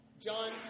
John